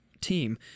team